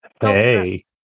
Hey